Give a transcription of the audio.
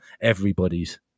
Everybody's